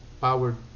powered